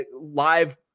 live